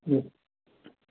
हो